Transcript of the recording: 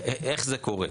איך זה קורה?